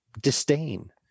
disdain